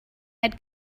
had